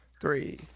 Three